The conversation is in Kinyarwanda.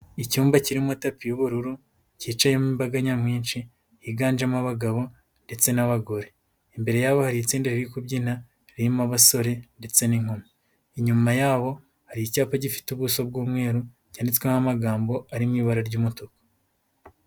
Icyumba kirimo tapi y'ubururu cyicayemo imbaga nyamwinshi higanjemo abagabo ndetse n'abagore, imbere yabo hari itsinda riri kubyina ririmo abasore ndetse n'inkumi, inyuma yabo hari icyapa gifite ubuso bw'umweru cyanditsweho amagambo ari mu ibara ry'umutuku.